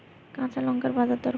কাঁচা লঙ্কার বাজার দর কত?